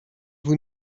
vous